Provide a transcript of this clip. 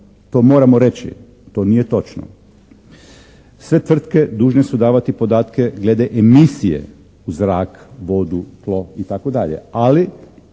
To moramo reći. To nije točno. Sve tvrtke dužne su davati podatke glede emisije u zrak, vodu, tlo itd.,